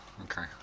okay